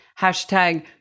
hashtag